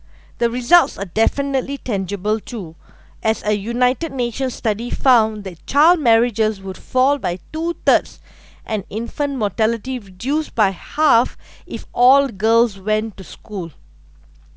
the results are definitely tangible to as a united nations study found the child marriages would fall by two thirds an infant mortality reduced by half if all girls went to school